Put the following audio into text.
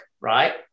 right